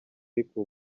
ariko